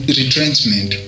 retrenchment